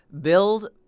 build